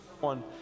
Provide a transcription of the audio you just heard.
one